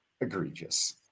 egregious